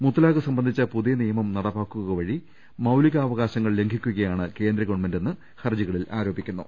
മുത്തലാഖ് സംബന്ധിച്ച പുതിയ നിയമം നടപ്പാക്കുക വഴി മൌലികാവകാശങ്ങൾ ലംഘിക്കുകയാണ് കേന്ദ്ര ഗവൺമെന്റ് ചെയ്യുന്നതെന്ന് ഹർജികളിൽ ആരോപിക്കുന്നു